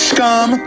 Scum